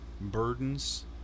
burdens